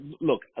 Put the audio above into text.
Look